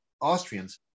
austrians